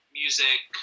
music